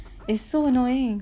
is so annoying